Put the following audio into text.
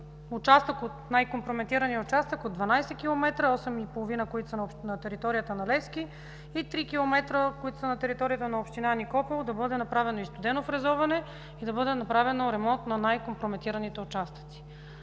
в най-компрометирания участък от 12 км, от които 8,5 км са на територията на община Левски, 3 км – на територията на община Никопол, да бъде направено и студено фрезоване и да бъде направен ремонт на най-компрометираните участъци.